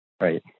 Right